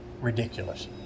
ridiculous